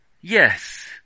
Yes